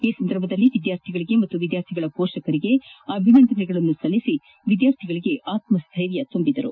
ಈ ಸಂದರ್ಭದಲ್ಲಿ ವಿದ್ಯಾರ್ಥಿಗಳಿಗೆ ಹಾಗೂ ವಿದ್ಯಾರ್ಥಿಗಳ ಪೋಷಕರಿಗೆ ಅಭಿನಂದನೆಗಳನ್ನು ಸಲ್ಲಿಸಿ ವಿದ್ಯಾರ್ಥಿಗಳಿಗೆ ಆತ್ಮ ಸ್ಟೈರ್ಯ ತುಂಬಿದರು